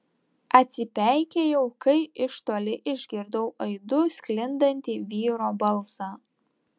atsipeikėjau kai iš toli išgirdau aidu sklindantį vyro balsą